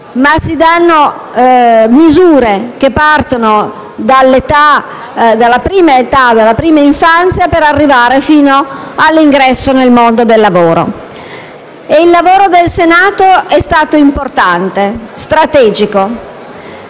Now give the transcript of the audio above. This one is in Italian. previste misure che partono dalla prima infanzia per arrivare fino all'ingresso nel mondo del lavoro. Il lavoro del Senato è stato importante e strategico.